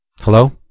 Hello